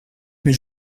mais